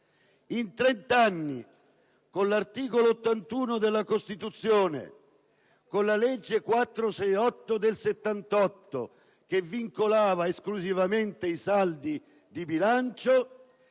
In trent'anni, con l'articolo 81 della Costituzione, con la legge n. 468 del 1978 che vincolava esclusivamente i saldi di bilancio,